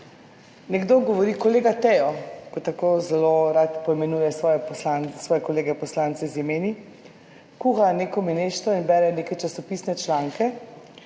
Nekdo govori, kolega Teo, ko tako zelo rad poimenuje svoje kolege poslance z imeni, kuha neko mineštro in bere neke časopisne članke.